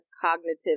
cognitive